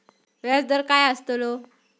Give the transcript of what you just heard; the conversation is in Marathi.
व्याज दर काय आस्तलो?